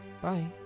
bye